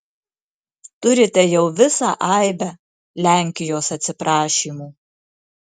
turite jau visą aibę lenkijos atsiprašymų